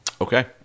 Okay